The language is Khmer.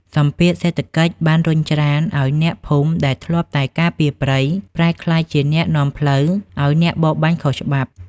សម្ពាធសេដ្ឋកិច្ចបានរុញច្រានឱ្យអ្នកភូមិដែលធ្លាប់តែការពារព្រៃ ប្រែក្លាយជាអ្នកនាំផ្លូវឱ្យអ្នកបរបាញ់ខុសច្បាប់។